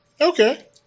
Okay